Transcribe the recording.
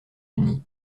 unies